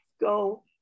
Go